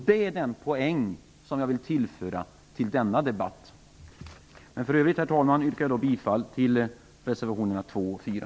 Det är den poäng som jag vill tillföra till denna debatt. Herr talman! Jag yrkar alltså bifall till reservationerna 2 och 4.